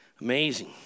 amazing